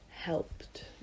Helped